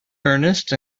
ernest